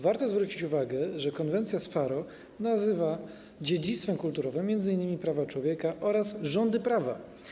Warto zwrócić uwagę, że konwencja z Faro nazywa dziedzictwem kulturowym m.in. prawa człowieka oraz rządy prawa.